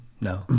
No